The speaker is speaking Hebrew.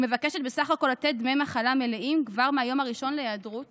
היא מבקשת בסך הכול לתת דמי מחלה מלאים כבר מהיום הראשון להיעדרות